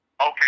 Okay